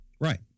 right